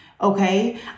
okay